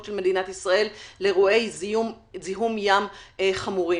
של מדינת ישראל לאירועי זיהום ים חמורים.